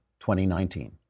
2019